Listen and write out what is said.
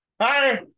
Hi